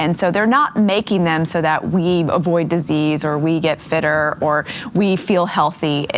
and so they're not making them so that we avoid disease, or we get fitter, or we feel healthy.